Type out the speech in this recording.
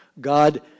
God